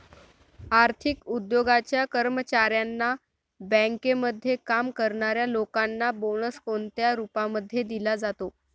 आर्थिक उद्योगाच्या कर्मचाऱ्यांना, बँकेमध्ये काम करणाऱ्या लोकांना बोनस कोणत्या रूपामध्ये दिला जातो?